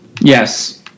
yes